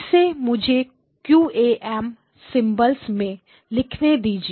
इसे मुझे QAM symbols में लिखने दीजिए